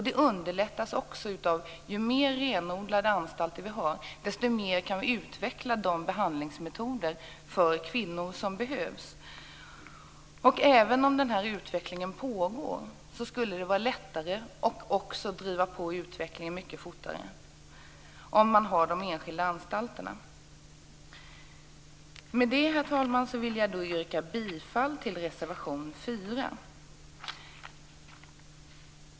Det underlättas också av att ju mer renodlade anstalter vi har, desto mer kan vi utveckla de behandlingsmetoder som behövs. Även om den här utvecklingen pågår skulle det vara lättare, och också driva på utvecklingen mycket fortare, om man hade de enskilda anstalterna. Med det, herr talman, vill jag yrka bifall till reservation 4.